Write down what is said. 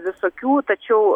visokių tačiau